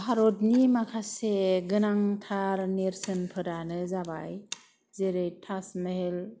भारतनि माखासे गोनांथार नेरसोनफोरानो जाबाय जेरै ताजमहल